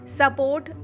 support